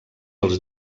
els